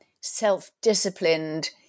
self-disciplined